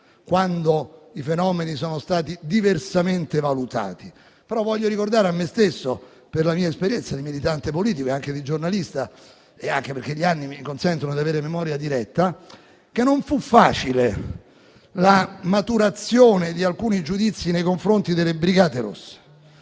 datare fenomeni che sono stati diversamente valutati, però voglio ricordare a me stesso, per la mia esperienza di militante politico e anche di giornalista, anche perché gli anni mi consentono di averne memoria diretta, che non fu facile la maturazione di alcuni giudizi nei confronti delle brigate rosse.